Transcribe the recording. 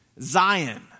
Zion